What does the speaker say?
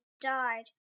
died